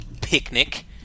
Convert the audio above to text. picnic